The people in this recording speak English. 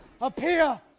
appear